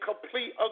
complete